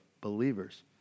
believers